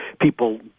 people –